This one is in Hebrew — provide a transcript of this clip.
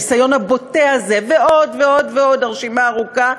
הניסיון הבוטה הזה, ועוד ועוד ועוד, הרשימה ארוכה.